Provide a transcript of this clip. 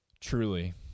truly